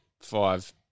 Five